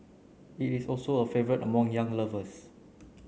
it is also a favourite among young lovers